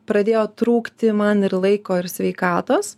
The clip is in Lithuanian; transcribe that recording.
pradėjo trūkti man ir laiko ir sveikatos